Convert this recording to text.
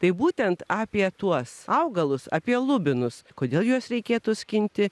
tai būtent apie tuos augalus apie lubinus kodėl juos reikėtų skinti